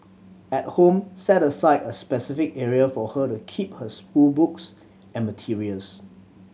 at home set aside a specific area for her to keep her schoolbooks and materials